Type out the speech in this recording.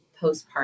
postpartum